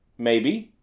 maybe,